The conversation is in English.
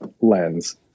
lens